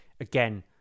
again